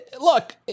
look